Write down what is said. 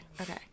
Okay